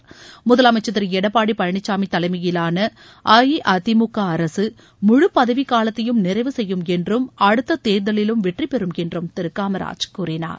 தலைவர் முதலமைச்சர் திரு எடப்பாடி பழனிசாமி தலைமையிலாள அஇஅதிமுக அரசு முழு பதவிக்காலத்தையும் நிறைவு செய்யும் என்றும் அடுத்த தேர்தலிலும் வெற்றிபெறும் என்றும் திரு காமராஜ் கூறினார்